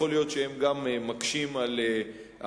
יכול להיות שהם גם מקשים על הטיפול